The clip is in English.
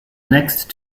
next